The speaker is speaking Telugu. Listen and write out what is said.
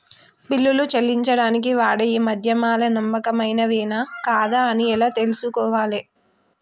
బిల్లులు చెల్లించడానికి వాడే మాధ్యమాలు నమ్మకమైనవేనా కాదా అని ఎలా తెలుసుకోవాలే?